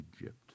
Egypt